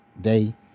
day